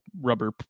rubber